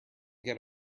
get